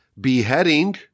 beheading